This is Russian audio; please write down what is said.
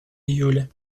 июле